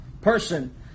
person